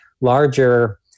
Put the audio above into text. larger